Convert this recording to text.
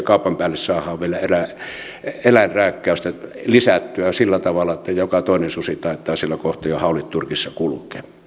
kaupan päälle saadaan vielä eläinrääkkäystä lisättyä sillä tavalla että joka toinen susi taitaa siellä kohta jo haulit turkissa kulkea